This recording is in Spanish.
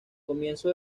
comienzo